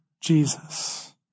Jesus